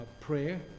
prayer